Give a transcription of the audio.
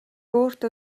өөртөө